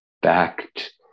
backed